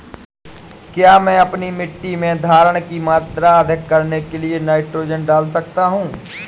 क्या मैं अपनी मिट्टी में धारण की मात्रा अधिक करने के लिए नाइट्रोजन डाल सकता हूँ?